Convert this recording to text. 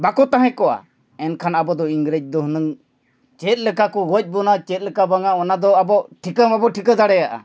ᱵᱟᱠᱚ ᱛᱟᱦᱮᱸ ᱠᱚᱜᱼᱟ ᱮᱱᱠᱷᱟᱱ ᱟᱵᱚ ᱫᱚ ᱤᱝᱨᱮᱡᱽ ᱫᱚ ᱦᱩᱱᱟᱹᱝ ᱪᱮᱫ ᱞᱮᱠᱟ ᱠᱚ ᱜᱚᱡ ᱵᱚᱱᱟ ᱪᱮᱫ ᱞᱮᱠᱟ ᱵᱟᱝᱟ ᱚᱱᱟ ᱫᱚ ᱟᱵᱚ ᱴᱷᱤᱠᱟᱹ ᱵᱟᱵᱚ ᱴᱷᱤᱠᱟᱹ ᱫᱟᱲᱮᱭᱟᱜᱼᱟ